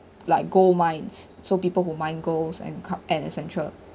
like gold mines so people who mine goals and cu~ and etcetera